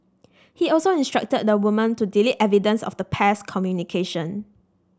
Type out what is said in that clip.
he also instructed the woman to delete evidence of the pair's communication